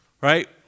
right